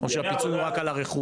או שהפיצוי הוא רק על הרכוש?